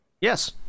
Yes